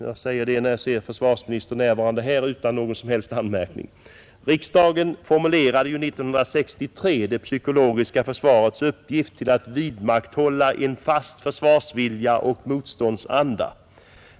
Jag säger det när jag ser försvarsministern närvarande här, utan någon som helst anmärkning. Riksdagen formulerade 1963 det svenska psykologiska försvarets uppgift till ”att vidmakthålla en fast försvarsvilja och motståndsanda”.